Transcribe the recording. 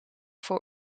voor